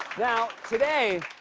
now, today,